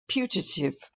putative